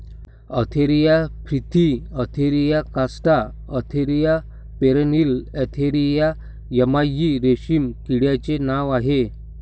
Antheraea frithi Antheraea compta Antheraea pernyi Antheraea yamamai रेशीम किड्याचे नाव आहे